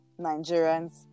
Nigerians